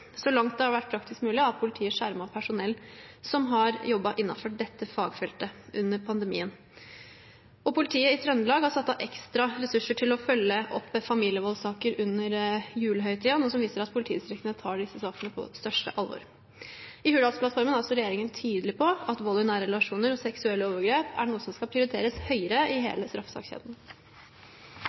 Så langt det har vært praktisk mulig, har politiet skjermet personell som har jobbet innenfor dette fagfeltet under pandemien. Politiet i Trøndelag har satt av ekstra ressurser til å følge opp familievoldssaker under julehøytiden, noe som viser at politidistriktene tar disse sakene på største alvor. I Hurdalsplattformen er også regjeringen tydelig på at vold i nære relasjoner og seksuelle overgrep er noe som skal prioriteres høyere i hele